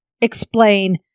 explain